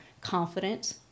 confident